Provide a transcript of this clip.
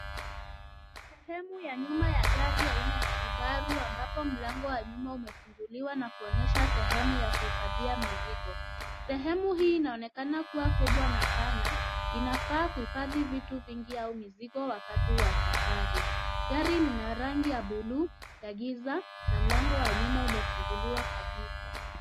Sehemu ya nyuma ya gari aina ya Subaru ambapo mlango wa nyuma umefunguliwa na kuonyesha sehemu ya kuhifadhia mizigo. Sehmu hii inaonekana kuwa kubwa na pana, inafaa kuhifadhi vitu vingi au mizigo wakati wa safari. Gari lina rangi ya buluu ya giza na mlango wa nyuma umefunguliwa kabisa.